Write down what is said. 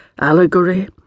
allegory